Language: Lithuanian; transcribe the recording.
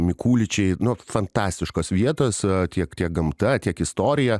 mikuličiai nu fantastiškos vietos tiek tiek gamta tiek istorija